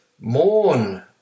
mourn